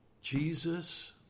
Jesus